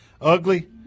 Ugly